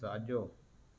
साॼो